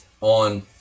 on